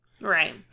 Right